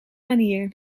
manier